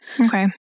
Okay